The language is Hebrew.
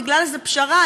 בגלל איזו פשרה,